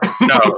No